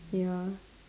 ya